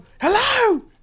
hello